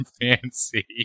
fancy